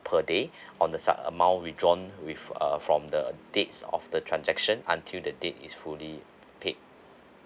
per day on the su~ amount withdrawn with uh from the dates of the transaction until the date it's fully paid